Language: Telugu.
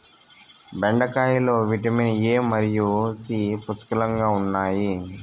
బెండకాయలో విటమిన్ ఎ మరియు సి పుష్కలంగా ఉన్నాయి